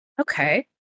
okay